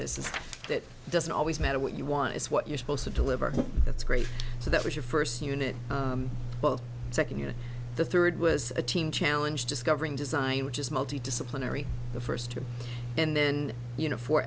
this is that doesn't always matter what you want it's what you're supposed to deliver that's great so that was your first unit well second unit the third was a team challenge discovering design which is multi disciplinary the first two and then you know for